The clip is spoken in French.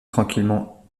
tranquillement